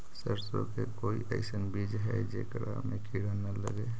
सरसों के कोई एइसन बिज है जेकरा में किड़ा न लगे?